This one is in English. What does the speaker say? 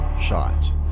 shot